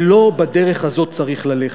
ולא בדרך הזאת צריך ללכת.